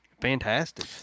fantastic